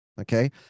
Okay